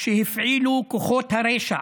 שהפעילו כוחות הרשע